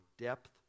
depth